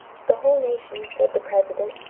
the whole nation, said the president,